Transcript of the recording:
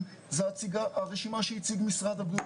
זו הרשימה שהציג משרד הבריאות.